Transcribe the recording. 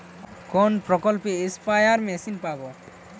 কোন প্রকল্পে spare machine পাব?